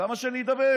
למה שאני אדבר?